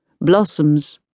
Blossoms